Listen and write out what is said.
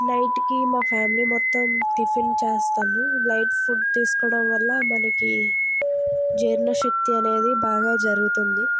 నైట్కి మా ఫ్యామిలీ మొత్తం టిఫిన్ చేస్తాము లైట్ ఫుడ్ తీసుకోవడం వల్ల మనకీ జీర్ణశక్తి అనేది బాగా జరుగుతుంది